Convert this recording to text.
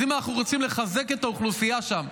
אז אם אנחנו רוצים לחזק את האוכלוסייה שם,